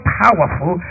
powerful